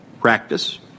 practice